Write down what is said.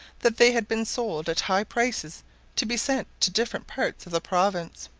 that they had been sold at high prices to be sent to different parts of the province.